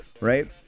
Right